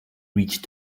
reached